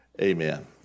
Amen